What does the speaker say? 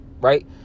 right